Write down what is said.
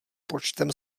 počtem